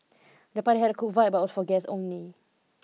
the party had a cool vibe but was for guests only